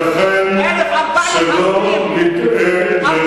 הן לא דבר שמנסים לעשות אותו.